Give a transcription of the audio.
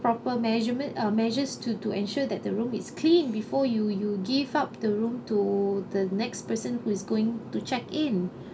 proper management uh measures to ensure that the room is clean before you you give up the room to the next person who is going to check in